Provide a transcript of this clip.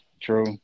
true